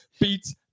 beats